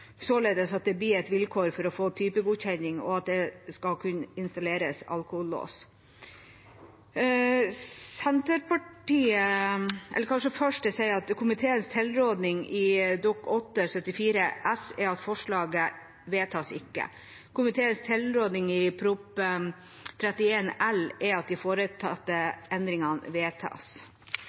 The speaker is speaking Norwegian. således at det blir et vilkår for å få typegodkjenning at det skal kunne installeres alkolås. Komiteens tilråding i Innst. 163 S er at representantforslaget ikke vedtas. Komiteens tilråding i Innst. 170 L er at de foreslåtte endringene vedtas. Senterpartiet mener at endringer i